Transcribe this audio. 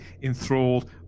enthralled